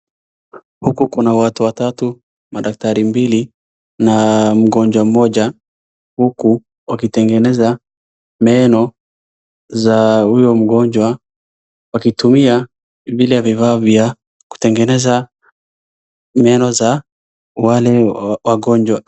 Huku kuna watu watatu, madaktari wawili namgonjwa mmoja, huku wakitengeneza meno za huyo mgonjwa, wakitumia vile vifaa vya kutengeneza meno za wale wagonjwa.